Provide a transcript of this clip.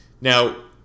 Now